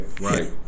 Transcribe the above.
right